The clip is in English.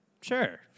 Sure